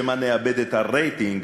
שמא נאבד את הרייטינג,